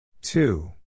two